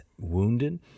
wounded